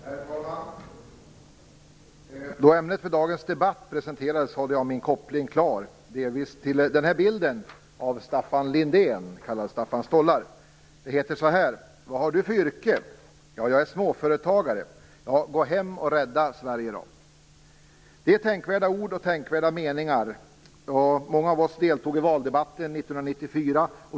Herr talman! Då ämnet för dagens debatt presenterades hade jag min koppling klar, delvis till denna bild av Staffan Lindén, kallad Staffans Stollar: - Vad har du för yrke? - Jag är småföretagare. - Gå hem och rädda Sverige då! Det är tänkvärda ord och tänkvärda meningar. Många av oss deltog i valdebatten 1994.